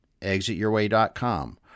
ExitYourWay.com